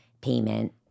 payment